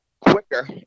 quicker